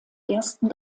ersten